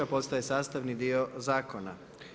Postaje sastavni dio zakona.